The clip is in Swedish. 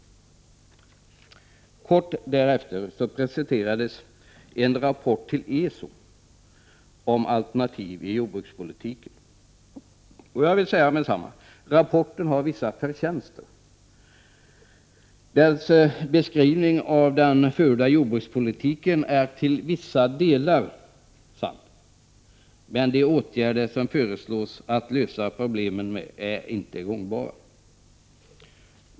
Kort därefter presenterades en rapport till ESO om alternativ i jordbrukspolitiken. Jag vill säga med detsamma att rapporten har vissa förtjänster. Dess beskrivning av den förda jordbrukspolitiken är till vissa delar sann, men de åtgärder som föreslås för att lösa problemen är inte gångbara.